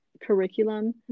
curriculum